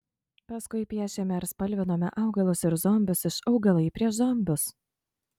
paskui piešėme ir spalvinome augalus ir zombius iš augalai prieš zombius